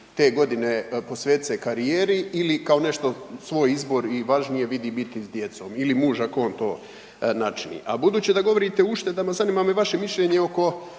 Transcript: te godine posvetit se karijeri ili kao nešto, svoj izbor i važnije, vidi biti s djecom, ili muža ako on to načini. A budući da govorite o uštedama zanima me vaše mišljenje oko